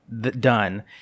done